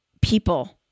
people